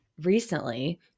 recently